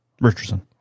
Richardson